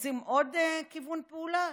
רוצים עוד כיוון פעולה?